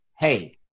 Hey